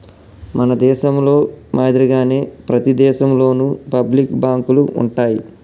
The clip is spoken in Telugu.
మన దేశంలో మాదిరిగానే ప్రతి దేశంలోను పబ్లిక్ బాంకులు ఉంటాయి